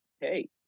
hey